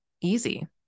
easy